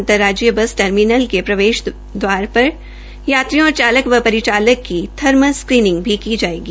अंतर राज्यीय bus terminal के प्रवेश दवारपर यात्रियों और चालक व परिचालक की थर्मल स्क्रीनिंग भी की जायेगी